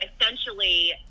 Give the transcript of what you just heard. essentially